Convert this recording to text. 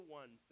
one